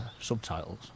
subtitles